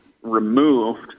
removed